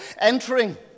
entering